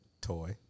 toy